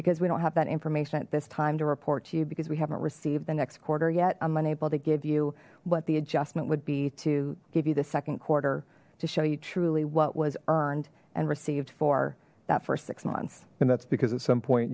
because we don't have that information at this time to report to you because we haven't received the next quarter yet i'm unable to give you what the adjustment would be to give you the second quarter to show you truly what was earned and received for that first six months and that's because at some point